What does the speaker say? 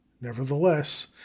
nevertheless